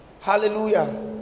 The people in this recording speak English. Hallelujah